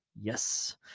Yes